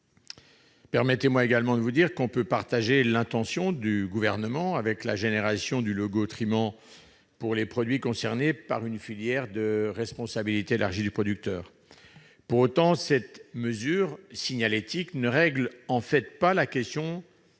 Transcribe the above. Permettez-moi également de vous dire que, si l'on peut partager l'intention du Gouvernement en matière de généralisation du logo Triman pour les produits concernés par une filière de responsabilité élargie du producteur, cette mesure signalétique ne réglera pas la question,